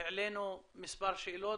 אנחנו העלינו מספר שאלות,